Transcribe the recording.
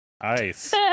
ice